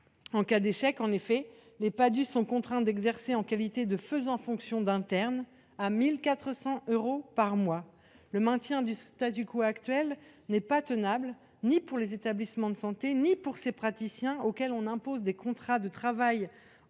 le cas échéant, contraints d’exercer en qualité de faisant fonction d’interne, pour 1 400 euros par mois. Le maintien du actuel n’est pas tenable, ni pour les établissements de santé ni pour ces praticiens, auxquels on impose des contrats de travail très